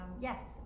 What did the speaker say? yes